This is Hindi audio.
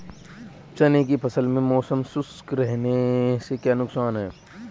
चने की फसल में मौसम शुष्क रहने से क्या नुकसान है?